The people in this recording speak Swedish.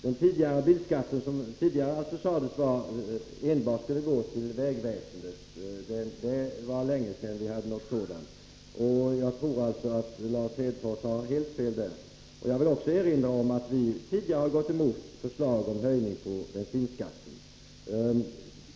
Det sades att den tidigare bilskatten skulle gå enbart till vägväsendet. Det var länge sedan vi hade en sådan ordning. Jag tror alltså att Lars Hedfors har helt fel på den här punkten. Jag vill också erinra om att vi tidigare har gått emot förslaget om höjning av bensinskatten.